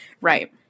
Right